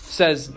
says